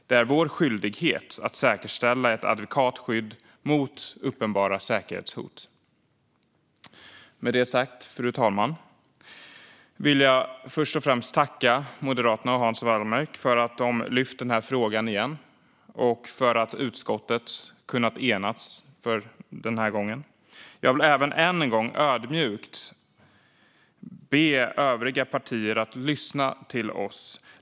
Det är vår skyldighet att säkerställa ett adekvat skydd mot uppenbara säkerhetshot. Med detta sagt, fru talman, vill jag först och främst tacka Moderaterna och Hans Wallmark för att de har lyft upp frågan igen och för att utskottet har kunnat enas denna gång. Jag vill än en gång ödmjukt be övriga partier att lyssna på oss.